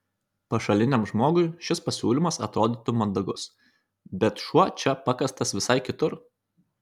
pašaliniam žmogui šis pasiūlymas atrodytų mandagus bet šuo čia pakastas visai kitur